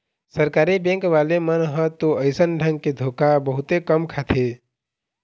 सरकारी बेंक वाले मन ह तो अइसन ढंग के धोखा बहुते कम खाथे